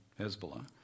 Hezbollah